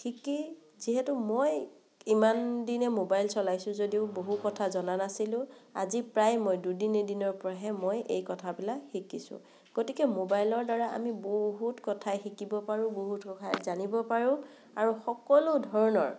শিকি যিহেতু মই ইমান দিনে মোবাইল চলাইছোঁ যদিও বহু কথা জনা নাছিলোঁ আজি প্ৰায় মই দুদিন এদিনৰ পৰাহে মই এই কথাবিলাক শিকিছোঁ গতিকে মোবাইলৰ দ্বাৰা আমি বহুত কথাই শিকিব পাৰোঁ বহুত কথা জানিব পাৰোঁ আৰু সকলো ধৰণৰ